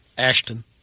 ashton